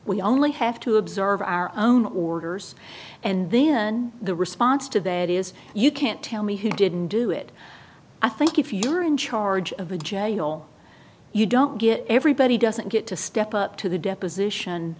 we only have to observe our own orders and then the response to that is you can't tell me who didn't do it i think if you're in charge of a jail you don't get everybody doesn't get to step up to the deposition